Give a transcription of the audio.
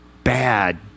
bad